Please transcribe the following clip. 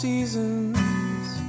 Seasons